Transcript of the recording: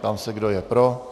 Ptám se, kdo je pro.